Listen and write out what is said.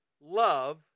love